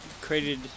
created